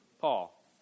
Paul